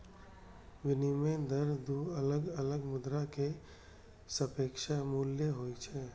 विनिमय दर दू अलग अलग मुद्रा के सापेक्ष मूल्य होइ छै